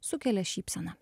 sukelia šypseną